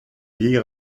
veille